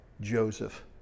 Joseph